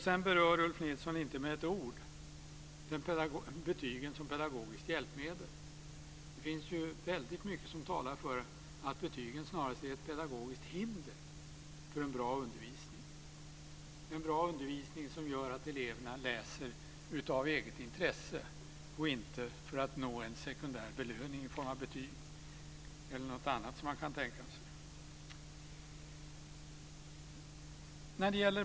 Sedan berör Ulf Nilsson inte med ett ord betygen som pedagogiskt hjälpmedel. Det finns ju väldigt mycket som talar för att betygen snarast är ett pedagogiskt hinder för en bra undervisning, en bra undervisning som gör att eleverna läser av eget intresse och inte för att nå en sekundär belöning i form av betyg eller något annat som man kan tänka sig.